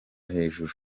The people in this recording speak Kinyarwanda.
hejuru